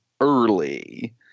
early